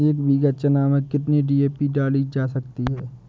एक बीघा चना में कितनी डी.ए.पी डाली जा सकती है?